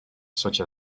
such